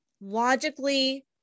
logically